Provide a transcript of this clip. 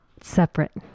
separate